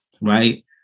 right